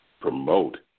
promote